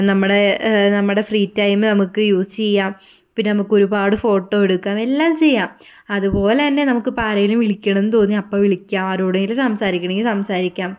നമ്മുടെ നമ്മുടെ free time നമുക്ക് യൂസ് ചെയ്യാം പിന്നെ നമുക്ക് ഒരുപാട് ഫോട്ടോ എടുക്കാം എല്ലാം ചെയ്യാം അതുപോലെ തന്നെ നമുക്ക് ആരെങ്കിലും വിളിക്കണം എന്ന് തോന്നിയാൽ അപ്പോൾ വിളിക്കാം ആരോടെങ്കിലും സംസാരിക്കണം എങ്കിൽ സംസാരിക്കാം